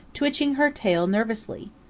twitching her tail nervously.